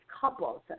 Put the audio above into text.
couples